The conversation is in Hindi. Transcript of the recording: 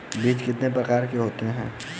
बीज कितने प्रकार के होते हैं?